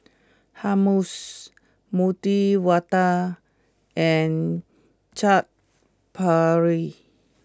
Hummus Medu Vada and Chaat Papri